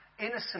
innocent